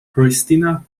kristina